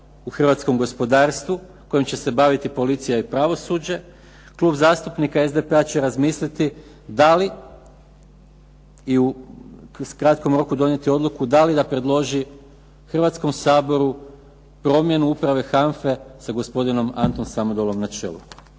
hrvatskom gospodarstvu kojim će se baviti policija i pravosuđe. Klub zastupnika SDP-a će razmisliti da li i u kratkom roku donijeti odluku da li da predloži Hrvatskom saboru promjenu uprave HANFA-e sa gospodinom Antom Samodolom na čelu.